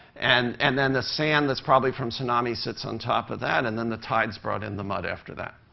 and and then the sand that's probably from tsunami sits on top of that. and then the tides brought in the mud after that.